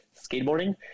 skateboarding